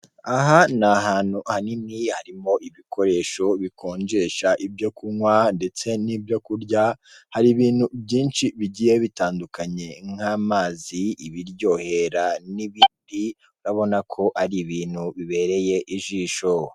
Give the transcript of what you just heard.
Aha ni ahantu hanini harimo ibikoresho bikonjesha ibyo kunywa ndetse n'ibyo kurya, hari ibintu byinshi bigiye bitandukanye nk'amazi, ibiryohera n'ibindi urabona ko ari ibintu bibereye ijisho.